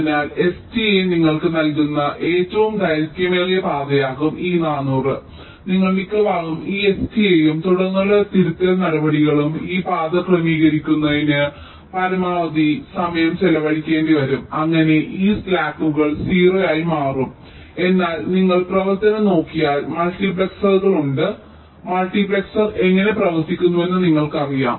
അതിനാൽ STA നിങ്ങൾക്ക് നൽകുന്ന ഏറ്റവും ദൈർഘ്യമേറിയ പാതയാകും ഈ 400 നിങ്ങൾ മിക്കവാറും ഈ STA യും തുടർന്നുള്ള തിരുത്തൽ നടപടികളും ഈ പാത ക്രമീകരിക്കുന്നതിന് പരമാവധി സമയം ചെലവഴിക്കേണ്ടിവരും അങ്ങനെ ഈ സ്ലാക്കുകൾ 0 ആയും മറ്റും എന്നാൽ നിങ്ങൾ പ്രവർത്തനം നോക്കിയാൽ മൾട്ടിപ്ലക്സറുകൾ ഉണ്ട് മൾട്ടിപ്ലക്സർ എങ്ങനെ പ്രവർത്തിക്കുന്നുവെന്ന് നിങ്ങൾക്കറിയാം